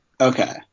Okay